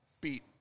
Beat